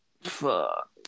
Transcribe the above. Fuck